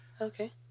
Okay